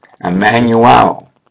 Emmanuel